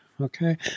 Okay